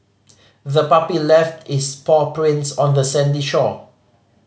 the puppy left its paw prints on the sandy shore